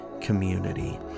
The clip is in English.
community